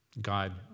God